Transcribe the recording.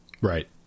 Right